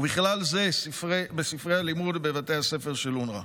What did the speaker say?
ובכלל זה בספרי הלימוד בבתי הספר של אונר"א.